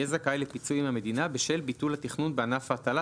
יהיה זכאי לפיצוי מהמדינה בשל ביטול התכנון בענף ההטלה.